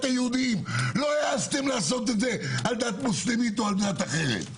היהודיים לא העזתם לעשות את זה על דת מוסלמית או דת אחרת.